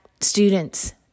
students